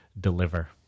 deliver